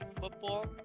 football